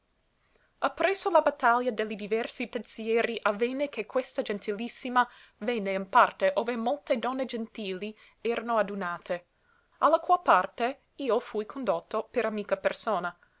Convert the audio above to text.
so ppresso la battaglia de li diversi pensieri avvenne che questa gentilissima venne in parte ove molte donne gentili erano adunate a la qual parte io fui condotto per amica persona